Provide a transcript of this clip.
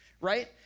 right